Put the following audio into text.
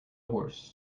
horse